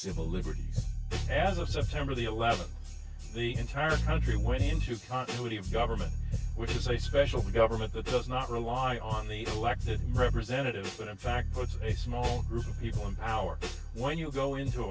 civil liberties as of september the eleventh the entire country went into continuity of government which is a special government that does not rely on the elected representatives that in fact puts a small group of people in power when you go into